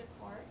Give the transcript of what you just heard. court